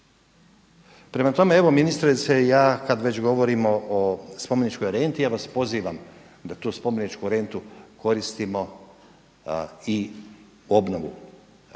Prema tome, evo ministrice ja već kad govorimo o spomeničkoj renti ja vas pozivam da tu spomeničku rentu koristimo i obnovu